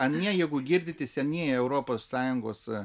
anie jeigu girdite senieji europos sąjungos